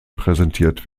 präsentiert